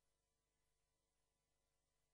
עשר דקות לרשותך.